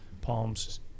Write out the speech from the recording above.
palms